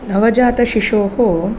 नवजातशिशोः